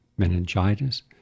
Meningitis